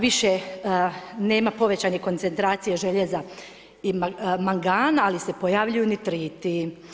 Više nema povećane koncentracije željeza i mangana, ali se pojavljuju nitrati.